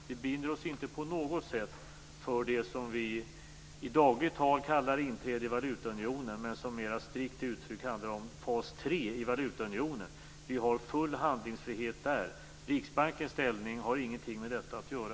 Vi binder oss inte på något sätt för det som vi i dagligt tal kallar inträde i valutaunionen men som mer strikt uttryckt handlar om fas 3 i valutaunionen. Vi har full handlingsfrihet där. Riksbankens ställning har ingenting med detta att göra.